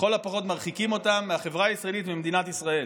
לכל הפחות מרחיקים אותם מהחברה הישראלית וממדינת ישראל.